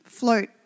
...float